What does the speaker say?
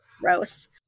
Gross